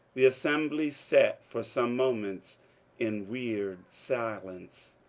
the assembly sat for some moments in weird silence.